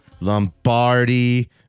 Lombardi